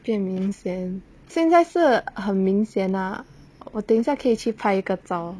变明显现在是很明显 lah 我等一下可以去拍一个照